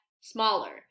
smaller